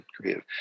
creative